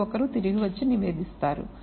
ప్రతి ఒక్కరూ తిరిగి వచ్చి నివేదిస్తారు